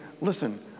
listen